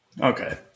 Okay